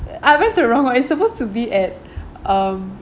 I went to the wrong one it's supposed to be at um